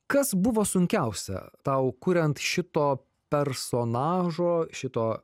kas buvo sunkiausia tau kuriant šito personažo šito